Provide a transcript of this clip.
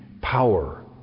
power